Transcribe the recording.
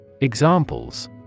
Examples